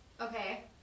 Okay